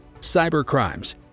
Cybercrimes